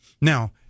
Now